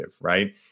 right